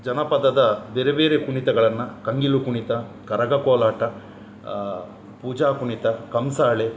ಜನಪದದ ಬೇರೆ ಬೇರೆ ಕುಣಿತಗಳನ್ನು ಕಣಗಿಲು ಕುಣಿತ ಕರಗ ಕೋಲಾಟ ಪೂಜಾ ಕುಣಿತ ಕಂಸಾಳೆ